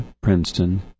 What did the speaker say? Princeton